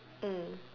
mm